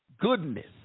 Goodness